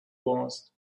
was